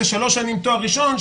זה שלוש שנים תואר ראשון,